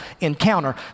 encounter